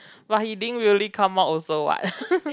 but he didn't really come out also what